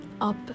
up